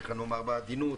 איך נאמר בעדינות,